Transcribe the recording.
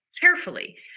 carefully